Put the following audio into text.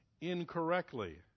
incorrectly